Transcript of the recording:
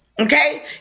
okay